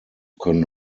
können